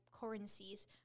currencies